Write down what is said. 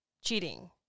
cheating